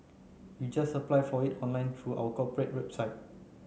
you just apply for it online through our corporate website